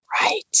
Right